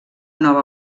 nova